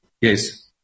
yes